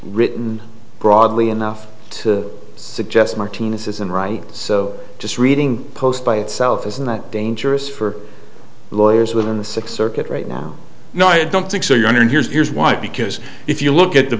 written broadly enough to suggest martinez isn't right so just reading a post by itself is not dangerous for lawyers within the six circuit right now i don't think so your honor and here's here's why because if you look at the